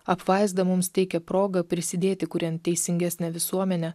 apvaizda mums teikia progą prisidėti kuriant teisingesnę visuomenę